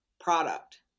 product